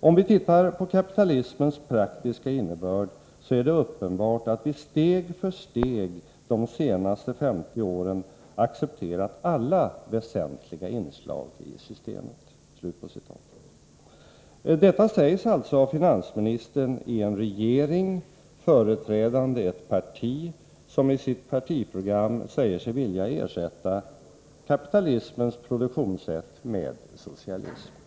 ”Om vi tittar på kapitalismens praktiska innebörd så är det uppenbart att vi steg för steg de senaste 50 åren accepterat alla väsentliga inslag i systemet.” Detta sägs alltså av finansministern i en regering, företrädande ett parti som i sitt partiprogram säger sig vilja ersätta kapitalismens produktionssätt med socialism.